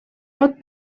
pot